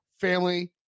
family